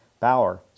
Bauer